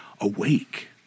awake